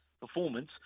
performance